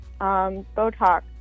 Botox